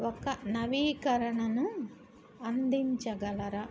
ఒక నవీకరణను అందించగలరా